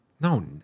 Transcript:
No